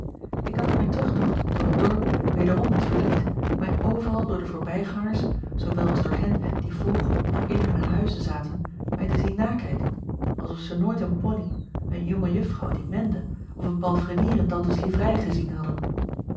k had op mijn terugtocht door t dorp wederom het verdriet mij overal door de voorbijgangers zoowel als door hen die voor of in hunne huizen zaten mij te zien nakijken als of zij nooit een poney een jonge uffrouw die mende of een palfrenier in antes livrei gezien hadden